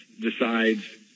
decides